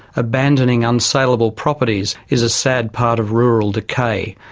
abandoning unsaleable properties is a sad part of rural decay.